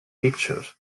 pictures